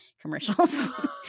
commercials